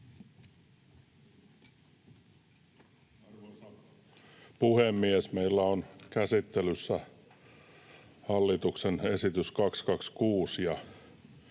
Arvoisa puhemies! Meillä on käsittelyssä hallituksen esitys 226,